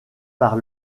par